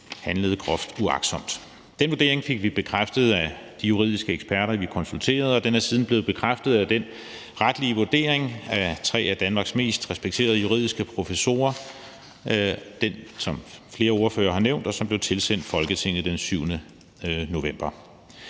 handlede groft uagtsomt. Den vurdering fik vi bekræftet af de juridiske eksperter, vi konsulterede, og den er siden blevet bekræftet af den retlige vurdering af tre af Danmarks mest respekterede juridiske professorer, som flere ordførere har nævnt. Den vurdering blev tilsendt Folketinget den 7. november.